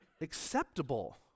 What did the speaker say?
acceptable